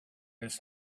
his